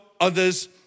others